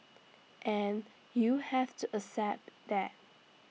and you have to accept that